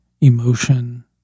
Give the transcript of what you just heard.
emotion